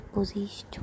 Position